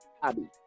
hobby